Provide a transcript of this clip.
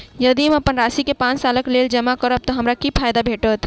यदि हम अप्पन राशि केँ पांच सालक लेल जमा करब तऽ हमरा की फायदा भेटत?